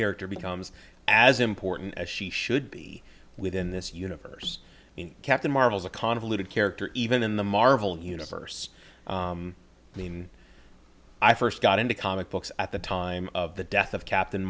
character becomes as important as she should be within this universe in captain marvel's a convoluted character even in the marvel universe i first got into comic books at the time of the death of captain